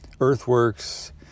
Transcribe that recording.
earthworks